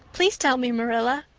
please tell me, marilla.